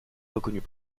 reconnut